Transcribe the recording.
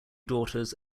daughters